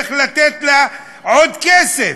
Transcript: איך לתת לה עוד כסף.